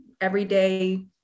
everyday